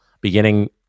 beginning